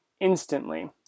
instantly